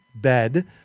bed